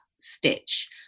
stitch